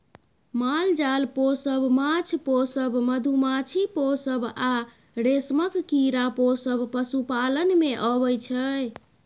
माल जाल पोसब, माछ पोसब, मधुमाछी पोसब आ रेशमक कीरा पोसब पशुपालन मे अबै छै